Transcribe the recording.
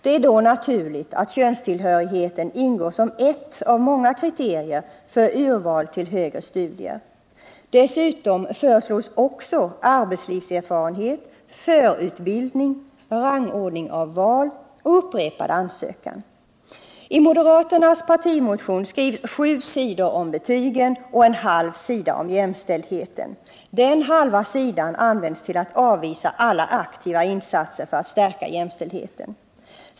Det är då naturligt att könstillhörigheten ingår som ett av många kriterier för urval till högre studier. Dessutom föreslås arbetslivserfarenhet, förutbildning, rangordning av val och upprepad ansökan. I moderaternas partimotion skrivs sju sidor om betygen och en halv sida om jämställdheten. Den halva sidan används till att avvisa alla aktiva insatser för att stärka jämställdheten.